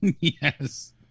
yes